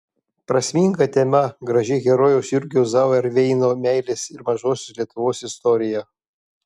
prasminga tema graži herojaus jurgio zauerveino meilės ir mažosios lietuvos istorija